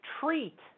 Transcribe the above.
treat